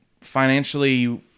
financially